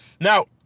now